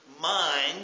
mind